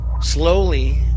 Slowly